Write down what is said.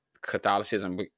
Catholicism